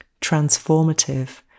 transformative